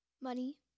Money